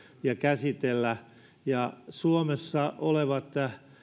ja käsitellä suomessa olevat